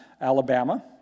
Alabama